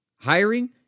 Hiring